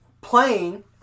playing